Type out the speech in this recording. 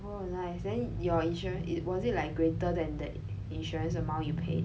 oh nice then your insurance it was it like greater than the insurance amount you pay